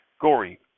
Gory